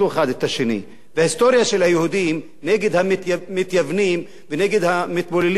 ההיסטוריה של היהודים נגד המתייוונים ונגד המתבוללים ידועה לכולנו,